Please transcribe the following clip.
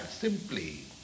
simply